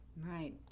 right